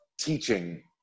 teaching